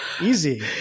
easy